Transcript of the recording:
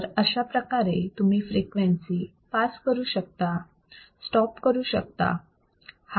तर अशाप्रकारे तुम्ही फ्रिक्वेन्सी पास करू शकता स्टॉप करू शकता